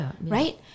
right